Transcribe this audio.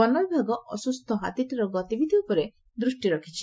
ବନବିଭାଗ ଅସ୍ସୁସ୍ସ ହାତୀଟିର ଗତିବିଧି ଉପରେ ଦୃଷ୍ଟି ରଖିଛି